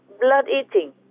blood-eating